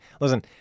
Listen